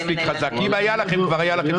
אם היה לכם, כבר היה לכם